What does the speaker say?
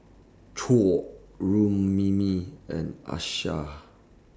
Choor Rukmini and Akshay